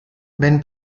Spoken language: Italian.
ben